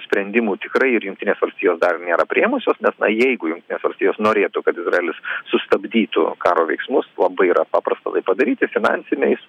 sprendimų tikrai ir jungtinės valstijos dar nėra priėmusios nes na jeigu jungtinės valstijos norėtų kad izraelis sustabdytų karo veiksmus labai yra paprasta tai padaryti finansiniais